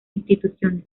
instituciones